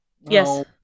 Yes